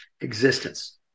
existence